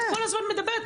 את כל הזמן מדברת,